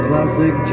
Classic